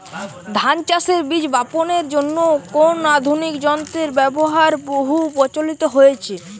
ধান চাষের বীজ বাপনের জন্য কোন আধুনিক যন্ত্রের ব্যাবহার বহু প্রচলিত হয়েছে?